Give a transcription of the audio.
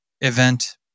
event